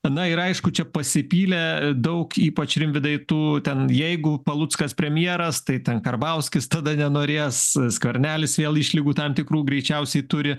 na ir aišku čia pasipylė daug ypač rimvydai tų ten jeigu paluckas premjeras tai ten karbauskis tada nenorės skvernelis vėl išlygų tam tikrų greičiausiai turi